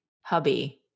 hubby